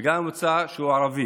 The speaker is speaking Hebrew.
וגם מוצא ערבי.